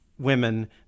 women